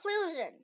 Conclusion